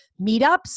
meetups